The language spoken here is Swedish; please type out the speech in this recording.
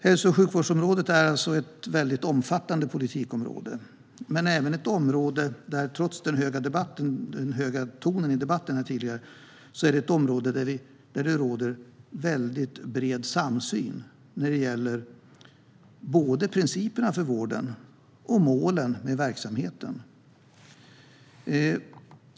Hälso och sjukvårdsområdet är alltså ett väldigt omfattande politikområde, men det är även ett område där det - trots det höga tonläget tidigare i debatten - råder bred samsyn vad gäller både principerna för vården och målen med verksamheten.